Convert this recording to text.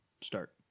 start